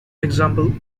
example